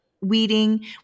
weeding